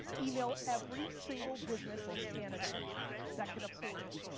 email every single business in canada that can afford it,